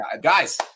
guys